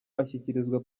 ashyikirizwa